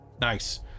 Nice